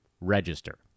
register